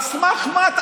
על סמך מה?